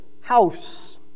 house